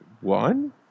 one